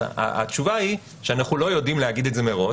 התשובה היא שאנחנו לא יודעים להגיד את זה מראש.